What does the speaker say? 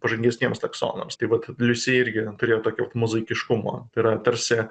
pažangesniems taksonams tai vat liusi irgi turėjo tokio mozaikiškumo tai yra tarsi